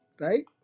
right